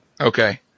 Okay